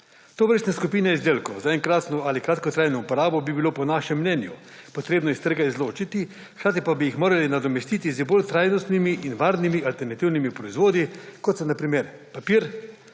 Tovrstne skupine izdelkov za enkratno ali kratkotrajno uporabo bi bilo po našem mnenju potrebno iz trga izločiti, hkrati pa bi jih morali nadomestiti z bolj trajnostnimi in varnimi alternativnimi proizvodi, kot so na primer papir,